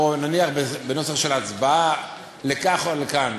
או, נניח, בנוסח של הצבעה לכאן או לכאן.